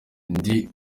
ndi